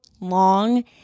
long